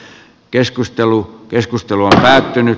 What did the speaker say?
keskustelu keskustelu on päättynyt